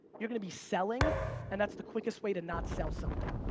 you're gonna be selling and that's the quickest way to not sell something.